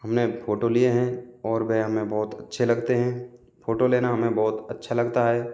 हमने फ़ोटो लिए है और वह हमें बहुत अच्छे लगते है फ़ोटो लेना हमे बहुत अच्छा लगता है